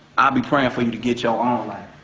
i'll be praying for you to get your own life.